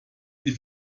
die